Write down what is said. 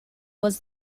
was